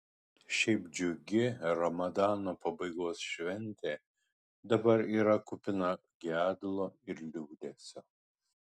šiaip džiugi ramadano pabaigos šventė dabar yra kupina gedulo ir liūdesio